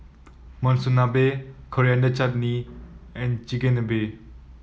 Monsunabe Coriander Chutney and Chigenabe